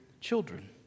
children